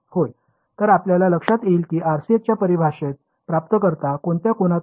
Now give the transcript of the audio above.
तर आपल्याला लक्षात येईल की RCS च्या परिभाषेत प्राप्तकर्ता कोणत्या कोनात आहे